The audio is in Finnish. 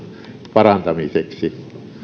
parantamiseksi